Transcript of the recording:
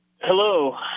Hello